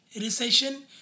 recession